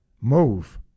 move